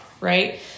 Right